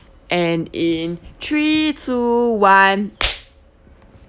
and in three two one